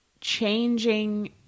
changing